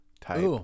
type